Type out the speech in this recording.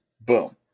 Boom